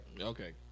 okay